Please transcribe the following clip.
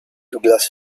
douglas